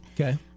Okay